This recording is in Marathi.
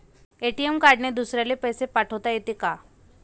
ए.टी.एम कार्डने दुसऱ्याले पैसे पाठोता येते का?